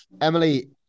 Emily